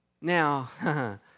Now